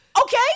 Okay